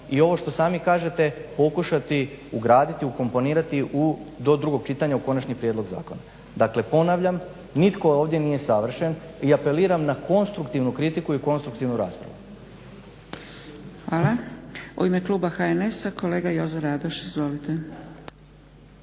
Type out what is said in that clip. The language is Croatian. i ovo što sami kažete pokušati ugraditi, ukomponirati do drugog čitanja u konačni prijedlog zakona. Dakle, ponavljam nitko ovdje nije savršen i apeliram na konstruktivnu kritiku i konstruktivnu raspravu. **Zgrebec, Dragica (SDP)** Hvala. U ime kluba HNS-a kolega Jozo Radoš. Izvolite.